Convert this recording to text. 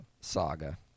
saga